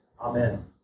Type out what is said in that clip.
Amen